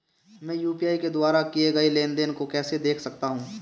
मैं यू.पी.आई के द्वारा किए गए लेनदेन को कैसे देख सकता हूं?